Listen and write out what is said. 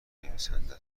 نویسنده